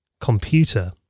computer